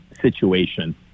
situation